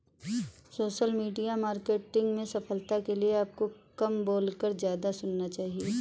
social media marketing में सफलता के लिए आपको कम बोलकर ज्यादा सुनना चाहिए